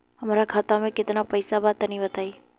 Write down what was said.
हमरा खाता मे केतना पईसा बा तनि बताईं?